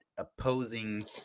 Opposing